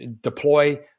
deploy